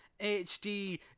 HD